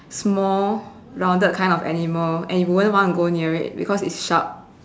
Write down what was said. small rounded kind of animal and you wouldn't want to go near it because it's sharp